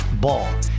Ball